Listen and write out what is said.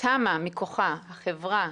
התמ"א מכוחה החברה